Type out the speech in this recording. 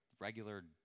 regular